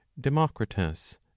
Democritus